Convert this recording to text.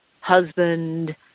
husband